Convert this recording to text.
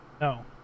no